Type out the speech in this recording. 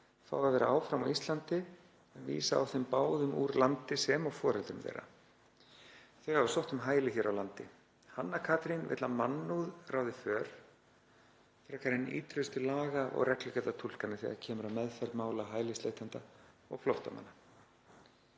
fái að vera áfram á Íslandi en vísa á þeim báðum úr landi sem og foreldrum þeirra. Þau hafa sótt um hæli hér á landi. Hanna Katrín vill að mannúð ráði frekar för en ítrustu laga-og reglugerðartúlkanir þegar kemur að meðferð mála hælisleitenda og flóttamanna.“